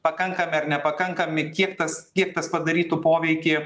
pakankami ar nepakankami kiek tas kiek tas padarytų poveikį